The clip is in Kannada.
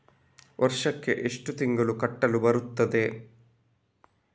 ವರ್ಷಕ್ಕೆ ಎಷ್ಟು ತಿಂಗಳು ಕಟ್ಟಲು ಬರುತ್ತದೆ?